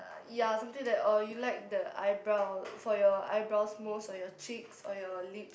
uh ya something with that or you like the eyebrow for your eyebrows most or your cheeks or your lip